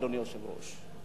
אדוני היושב-ראש?